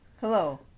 Hello